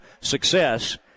success